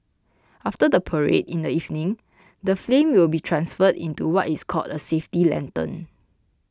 after the parade in the evening the flame will be transferred into what is called a safety lantern